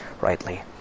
rightly